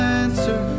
answer